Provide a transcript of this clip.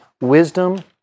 wisdom